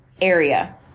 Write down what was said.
area